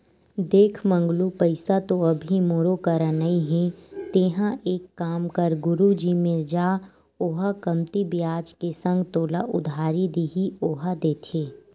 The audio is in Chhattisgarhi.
देख मंगलू पइसा तो अभी मोरो करा नइ हे तेंहा एक काम कर गुरुजी मेर जा ओहा कमती बियाज के संग तोला उधारी दिही ओहा देथे